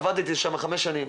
עבדתי שם חמש שנים.